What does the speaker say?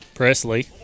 Presley